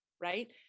right